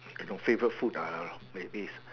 you know favorite food ah maybe is